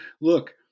look